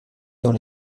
dans